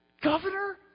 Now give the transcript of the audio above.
Governor